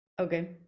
Okay